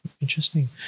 Interesting